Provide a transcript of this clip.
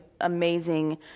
amazing